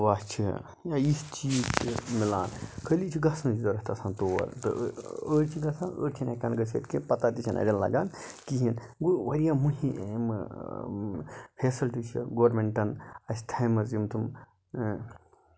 دَوا چھِ یا یِتھۍ چیٖز چھِ مِلان خٲلی چھِ گژھٕنٕچ ضوٚرتھ آسان تور تہٕ أڑۍ چھِ گژھان أڑی چھِنہٕ ہٮ۪کان گژھِتھ کیٚنہہ پَتہہ تہِ چھِ نہٕ اَڑین لَگان کِہیٖنۍ گوٚو واریاہ مُہِم یِم فیسَلٹی چھےٚ گورمینٹَن اَسہِ تھاومَژٕ یِم تِم